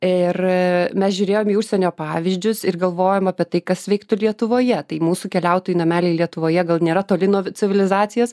ir mes žiūrėjom į užsienio pavyzdžius ir galvojom apie tai kas veiktų lietuvoje tai mūsų keliautojų nameliai lietuvoje gal nėra toli nuo civilizacijos